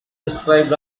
described